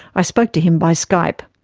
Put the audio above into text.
i spoke to him by skype.